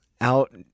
out